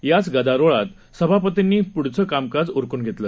याचगदारोळातसभापतींनीपुढचंकामकाजउरकूनघेतलं